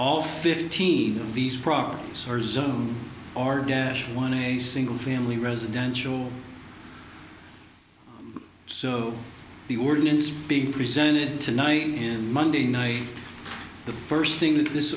all fifteen of these properties are zone or dash one a single family residential so the ordinance being presented tonight in monday night the first thing that this